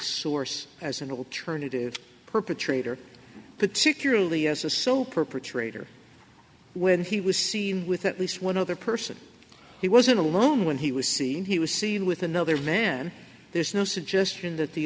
source as an alternative perpetrator particularly as a so perpetrator when he was seen with at least one other person he wasn't alone when he was seeing he was seen with another man there is no suggestion that the